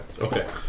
Okay